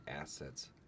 assets